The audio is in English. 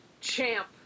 Champ